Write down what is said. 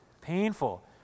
painful